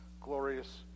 glorious